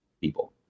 people